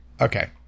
Okay